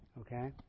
Okay